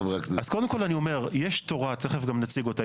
אז קודם כל אני אומר, יש תורה, תיכף גם נציג אותה.